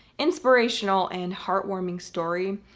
inspirational and heartwarming story,